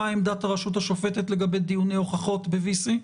מה עמדת הרשות השופטת לגבי דיוני הוכחות ב-VC,